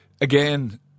Again